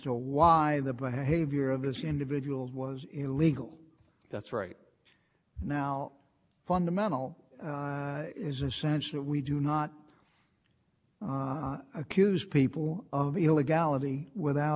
why the behavior of this individual was illegal that's right now fundamental is a sense that we do not accuse people of illegality without